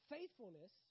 Faithfulness